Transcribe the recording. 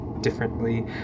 differently